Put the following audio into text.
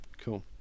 cool